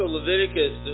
Leviticus